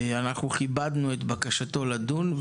כיבדנו את בקשתו לדון,